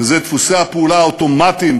וזה דפוסי הפעולה האוטומטיים,